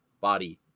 body